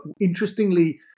interestingly